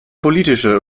politische